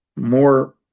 more